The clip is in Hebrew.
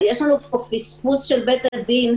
יש לנו פה פספוס של בית הדין,